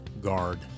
guard